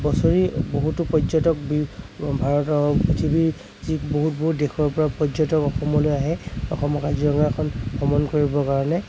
বছৰি বহুতো পৰ্যটক বি ভাৰতৰ পৃথিৱীৰ যি বহুত বহুত দেশৰ পৰা পৰ্যটক অসমলৈ আহে অসমৰ কাজিৰঙাখন ভ্ৰমণ কৰিব কাৰণে